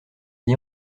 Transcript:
dit